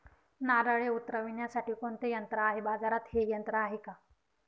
नारळे उतरविण्यासाठी कोणते यंत्र आहे? बाजारात हे यंत्र आहे का?